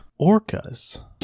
orcas